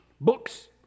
Books